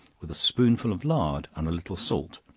with a spoonful of lard and a little salt,